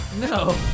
No